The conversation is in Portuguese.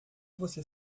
você